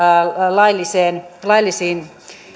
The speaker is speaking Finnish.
laillisiin laillisiin